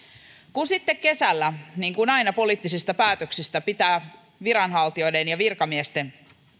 kun sitten kesällä niin kuin aina poliittisista päätöksistä pitää viranhaltijoiden ja virkamiesten